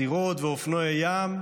סירות ואופנועי ים,